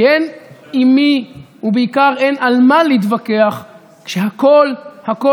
כי אין עם מי ובעיקר אין על מה להתווכח כשהכול הכול